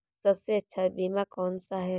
सबसे अच्छा बीमा कौनसा है?